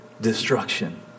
destruction